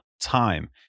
time